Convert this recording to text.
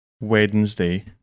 Wednesday